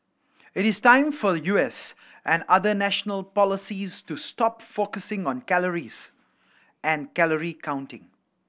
it is time for U S and other national policies to stop focusing on calories and calorie counting